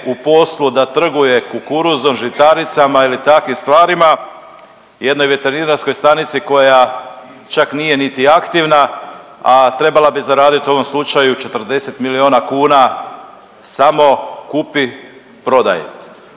u poslu da trguje kukuruzom, žitaricama ili takvim stvarima jednoj veterinarskoj stanici koja čak nije niti aktivna, a trebala bi zaradit u ovom slučaju 40 milijuna kuna samo kupi prodaj.